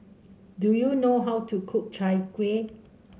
do you know how to cook Chai Kueh